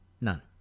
None